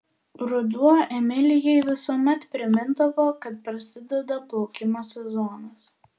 ruduo emilijai visuomet primindavo kad prasideda plaukimo sezonas